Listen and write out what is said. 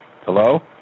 Hello